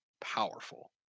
powerful